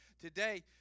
today